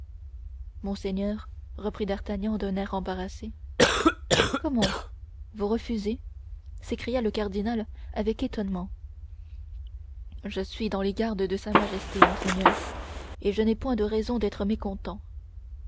monseigneur reprit d'artagnan d'un air embarrassé comment vous refusez s'écria le cardinal avec étonnement je suis dans les gardes de sa majesté monseigneur et je n'ai point de raisons d'être mécontent